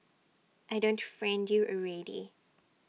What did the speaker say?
I don't friend you already